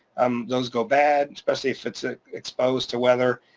um those go bad, especially if it's ah exposed to weather.